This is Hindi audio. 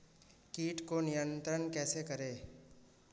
कीट को नियंत्रण कैसे करें?